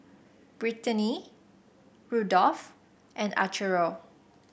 Britany Rudolf and Arturo